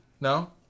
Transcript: no